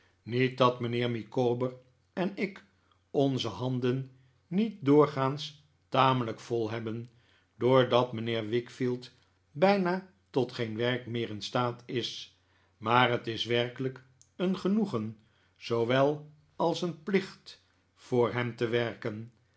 niet dat mijnheer micawber en ik onze handen niet doorgaans tamelijk vol hebben doordat mijnheer wickfield bijna tot geen werk meer in staat is maar het is werkelijk een genoegen zoowel als een plicht voor hem te werken